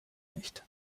nicht